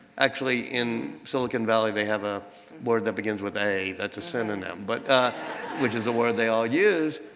actually in silicon valley they have a word that begins with a that's a synonym but ah which is the word they all use.